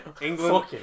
England